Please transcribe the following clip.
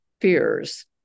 fears